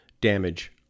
damage